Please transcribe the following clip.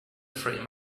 frame